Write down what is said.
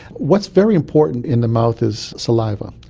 what's very important in the mouth is saliva.